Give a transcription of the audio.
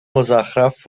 مزخرف